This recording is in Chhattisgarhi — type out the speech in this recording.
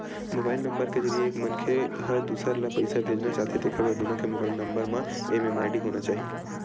मोबाइल नंबर के जरिए एक मनखे ह दूसर ल पइसा भेजना चाहथे तेखर बर दुनो के मोबईल नंबर म एम.एम.आई.डी होना चाही